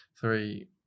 Three